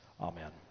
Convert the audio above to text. Amen